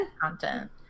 content